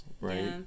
right